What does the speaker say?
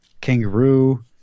kangaroo